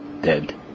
dead